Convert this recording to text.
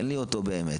אין לי אותו באמת.